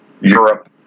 Europe